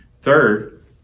Third